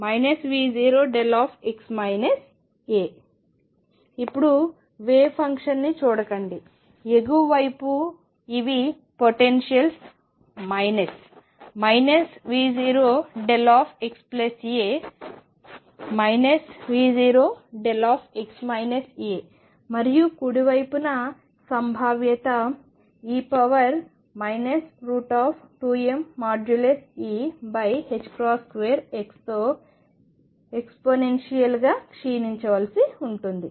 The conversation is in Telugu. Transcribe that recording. ఇప్పుడు వేవ్ ఫంక్షన్ని చూడకండి ఎగువ వైపు ఇవి పొటెన్షియల్స్ మైనస్ V0δxa V0δ మరియు కుడి వైపున సంభావ్యత e 2mE2x తో ఎక్స్పొనెన్షియల్ గా క్షీణించవలసి ఉంటుంది